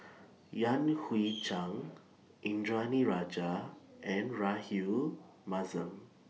Yan Hui Chang Indranee Rajah and Rahayu Mahzam